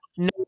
No